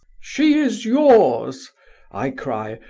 she is yours i cry,